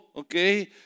Okay